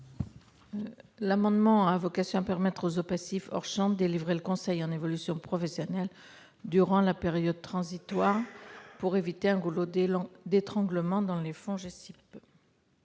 amendement a pour objet de permettre aux OPACIF hors champ de délivrer le conseil en évolution professionnelle durant la période transitoire pour éviter un goulot d'étranglement dans les FONGECIF.